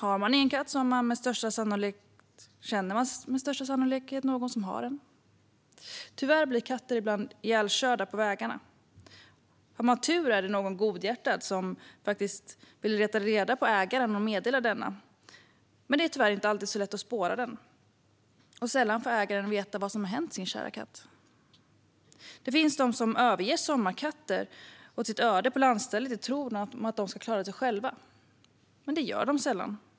Har man ingen katt känner man med största sannolikhet någon som har det. Tyvärr blir katter ibland ihjälkörda på vägarna. Har man tur är det någon godhjärtad som vill leta reda på och meddela ägaren. Men tyvärr är det inte alltid så lätt att spåra kattägare. De får sällan veta vad som hänt deras kära husdjur. Det finns de som lämnar sommarkatter åt sitt öde på lantstället i tron att de ska klara sig själva. Det gör de sällan.